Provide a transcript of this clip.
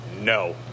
No